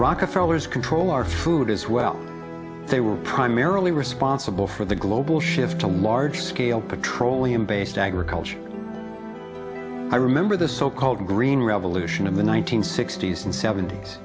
rockefeller's control our food as well they were primarily responsible for the global shift to large scale petroleum based agriculture i remember the so called green revolution in the one nine hundred sixty s and sevent